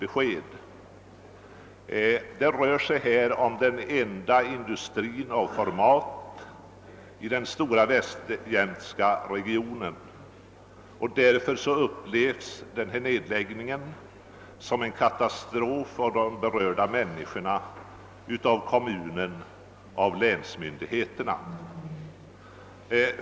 Detta var den enda industri av format i den stora västjämtska regionen. Därför upplevs nedläggningen både av de berörda människorna, av kommunen och av länsmyndigheterna som en katastrof.